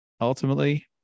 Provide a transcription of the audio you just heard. ultimately